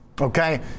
Okay